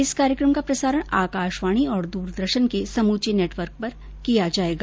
इस कार्यक्रम का प्रसारण आकाशवाणी और द्रदर्शन के समूचे नेटवर्क पर किया जाएगा